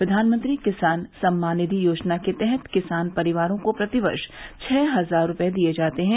प्रधानमंत्री किसान सम्मान निधि योजना के तहत किसान परिवारों को प्रतिवर्ष छ हजार रुपए दिए जाते हैं